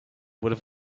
would